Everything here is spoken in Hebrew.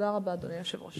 תודה רבה, אדוני היושב-ראש.